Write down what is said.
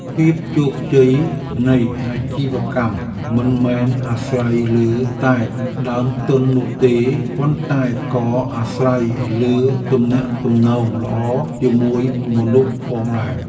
ភាពជោគជ័យនៃអាជីវកម្មមិនមែនអាស្រ័យលើតែដើមទុននោះទេ ប៉ុន្តែក៏អាស្រ័យលើទំនាក់ទំនងល្អជាមួយមនុស្សផងដែរ។